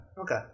okay